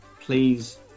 please